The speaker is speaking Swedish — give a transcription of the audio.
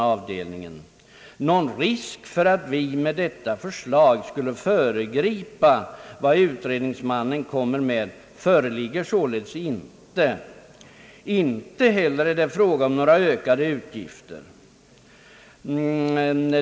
Någon risk för att vi med detta förslag skulle föregripa vad utredningsmannen kommer att föreslå föreligger således inte. Inte heller är det här fråga om några ökade utgifter.